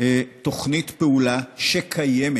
תוכנית פעולה, שקיימת,